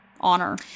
honor